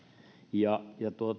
ja